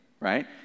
right